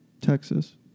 Texas